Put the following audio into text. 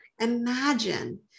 Imagine